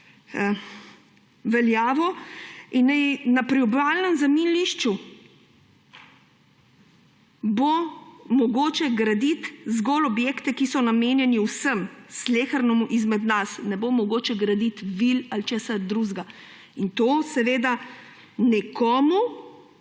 veljavo in na priobalnem zemljišču, bo mogoče graditi zgolj objekte, ki so namenjeni vsem, slehernemu izmed nas. Ne bo mogoče graditi vil ali česa drugega. To seveda nekomu